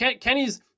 Kenny's